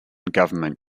government